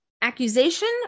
accusation